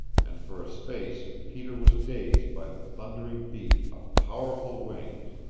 and for a space peter was dazed by the thundering beat of powerful wings,